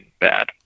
bad